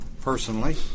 personally